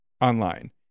online